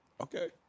Okay